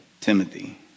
Timothy